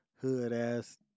hood-ass